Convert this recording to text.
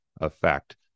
effect